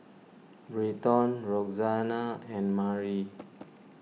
Britton Roxanna and Mari